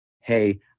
Hey